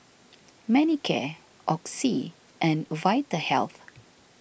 Manicare Oxy and Vitahealth